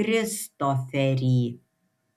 kristoferį